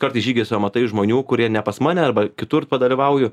kartais žygiuose matai žmonių kurie ne pas mane arba kitur padalyvauju